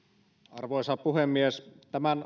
arvoisa puhemies tämän